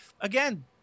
again